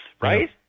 right